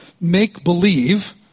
make-believe